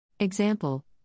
Example